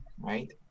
right